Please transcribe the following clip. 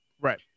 Right